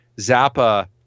Zappa